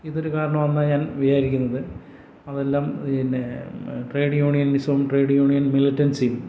ഇതൊരു കാരണമെന്നാണ് ഞാൻ വിചാരിക്കുന്നത് അതെല്ലാം പിന്നെ ട്രേഡ് യുണിയനിസവും ട്രേഡ് യൂണിയൻ മിൽട്ടൻസി